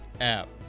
app